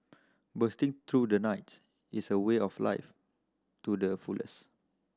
bursting through the night is a way of life to the fullest